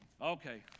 Okay